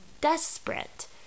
desperate